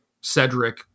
Cedric